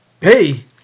hey